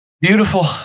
Beautiful